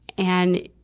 and,